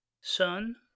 son